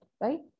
right